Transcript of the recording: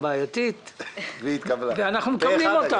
למרות המגבלות של קואליציה-אופוזיציה בעניין התקציב ודברים מהסוג